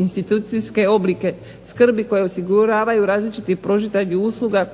izvaninstitucijske oblike skrbi koje osiguravaju različiti pružitelji usluga